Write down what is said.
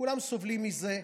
כולם סובלים מזה,